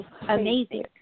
amazing